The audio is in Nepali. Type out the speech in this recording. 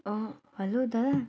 हेलो दादा